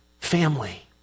family